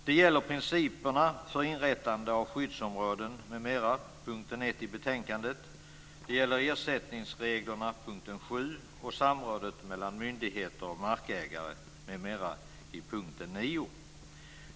Det gäller principerna för inrättande av skyddsområden m.m., punkt 1 i betänkandet. Det gäller ersättningsreglerna, punkt 7, och samrådet mellan myndigheter och markägare m.m., punkt 9.